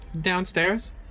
downstairs